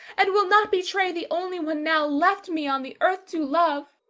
and will not betray the only one now left me on the earth to love.